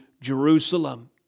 Jerusalem